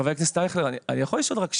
חבר הכנסת אייכלר, אני יכול לשאול רק שאלה?